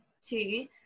two